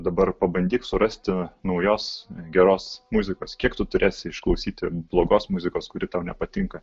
dabar pabandyk surasti naujos geros muzikos kiek tu turėsi išklausyti blogos muzikos kuri tau nepatinka